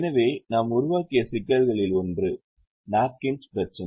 எனவே நாம் உருவாக்கிய சிக்கல்களில் ஒன்று நாப்கின்ஸ் பிரச்சனை